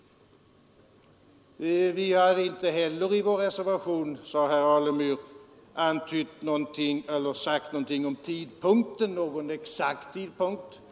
Vi har inte heller i vår reservation, sade herr Alemyr, satt någon exakt tidpunkt.